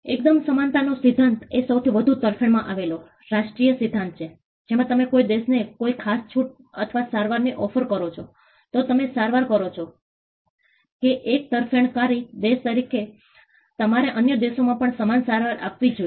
એકદમ સમાનતાનો સિધ્ધાંત એ સૌથી વધુ તરફેણમાં આવેલો રાષ્ટ્રીય સિધ્ધાંત છે જેમાં તમે કોઈ દેશને કોઈ ખાસ છૂટ અથવા સારવારની ઓફર કરો છો તો તમે સારવાર કરો છો કે એક તરફેણકારી દેશ તરીકે તમારે અન્ય દેશોમાં પણ સમાન સારવાર આપવી જોઈએ